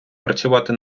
працювати